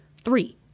Three